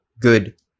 good